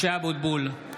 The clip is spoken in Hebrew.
(קורא בשמות חברי הכנסת) משה אבוטבול,